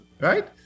right